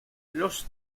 los